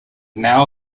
now